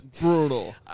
Brutal